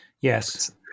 Yes